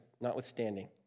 notwithstanding